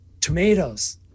tomatoes